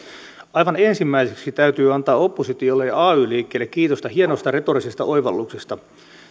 aivan ensimmäiseksi täytyy antaa oppositiolle ja ay liikkeelle kiitosta hienosta retorisesta oivalluksesta